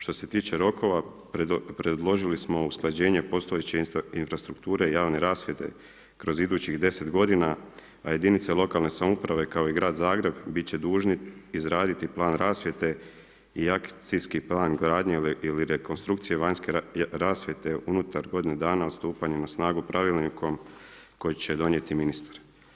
Što se tiče rokova predložili smo usklađenje postojeće infrastrukture javne rasvjete kroz idućih 10 godina a jedinice lokalne samouprave kao i grad Zagreb biti će dužni izraditi plan rasvjete i akcijski plan gradnje ili rekonstrukcije vanjske rasvjete unutar godine dana od stupanja na snagu pravilnikom koji će donijeti ministar.